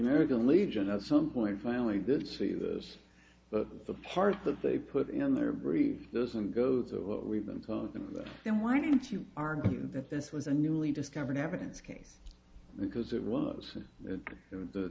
american legion of some point finally did see this but the part that they put in their brief doesn't go to what we've been calling them sam why didn't you argue that this was a newly discovered evidence case because it was the